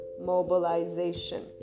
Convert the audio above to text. mobilization